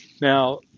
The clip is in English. Now